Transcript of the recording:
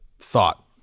thought